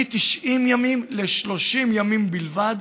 מ-90 ימים ל-30 ימים בלבד,